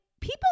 people